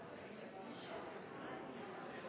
presidenten